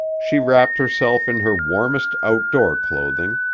she wrapped herself in her warmest outdoor clothing.